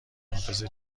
حافظه